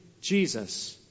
Jesus